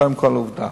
קודם כול, עובדה.